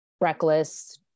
reckless